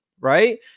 right